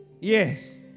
yes